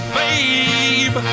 babe